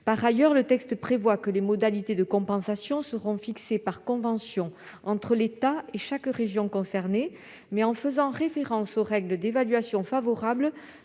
Par ailleurs, le texte prévoit que les modalités de compensation seront fixées par convention entre l'État et chaque région concernée, mais en faisant référence aux règles d'évaluation favorables